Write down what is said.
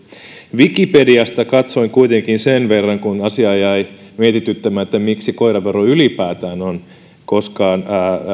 wikipediasta katsoin kuitenkin sen verran kun asia jäi mietityttämään että miksi koiravero ylipäätään on koskaan